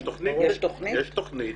יש תוכנית.